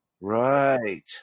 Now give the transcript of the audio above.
Right